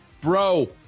bro